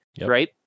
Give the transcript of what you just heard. Right